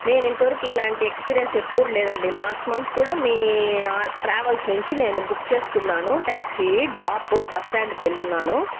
నేను ఇంతవరకు ఇలాంటి ఎక్స్పీరియన్స్ ఎప్పుడు లేదండి లాస్ట్ మంత్ కూడా మీ ట్రావెల్స్ నించి నేను బుక్ చేసుకున్నాను ట్యాక్సీ డ్రాపు బస్టాండ్కి వెళ్ళున్నాను